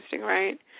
right